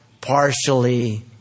partially